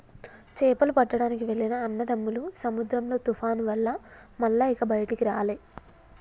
చేపలు పట్టడానికి వెళ్లిన అన్నదమ్ములు సముద్రంలో తుఫాను వల్ల మల్ల ఇక బయటికి రాలే